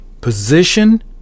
Position